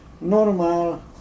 Normal